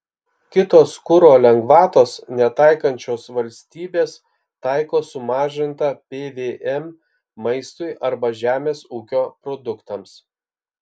kitos kuro lengvatos netaikančios valstybės taiko sumažintą pvm maistui arba žemės ūkio produktams